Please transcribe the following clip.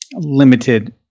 limited